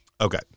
Okay